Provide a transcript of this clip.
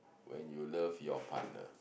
when you love your partner